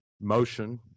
motion